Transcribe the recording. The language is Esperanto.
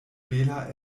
bela